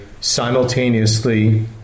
simultaneously